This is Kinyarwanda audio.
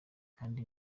kandi